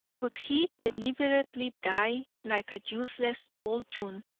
would he deliberately die like a useless poltroon,